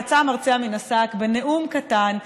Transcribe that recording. יצא המרצע מן השק בנאום קטן.